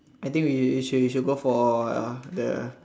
I think we should we should go for uh the